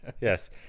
yes